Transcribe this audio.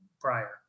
prior